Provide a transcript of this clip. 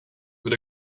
wil